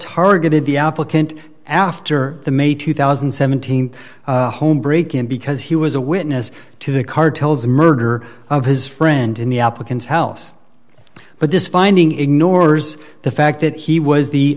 targeted the applicant after the may two thousand and seventeen home break in because he was a witness to the cartels the murder of his friend in the applicant's health but this finding ignores the fact that he was the